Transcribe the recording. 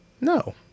No